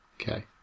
Okay